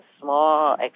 small